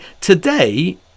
today